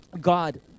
God